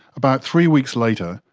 about three weeks later,